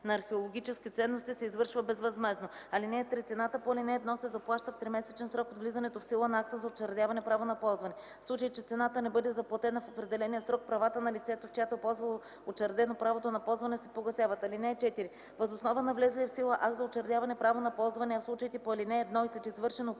на археологически ценности се извършва безвъзмездно. (3) Цената по ал. 1 се заплаща в тримесечен срок от влизането в сила на акта за учредяване право на ползване. В случай че цената не бъде заплатена в определения срок, правата на лицето, в чиято полза е учредено правото на ползване, се погасяват. (4) Въз основа на влезлия в сила акт за учредяване право на ползване, а в случаите по ал. 1 – и след извършено